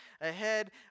ahead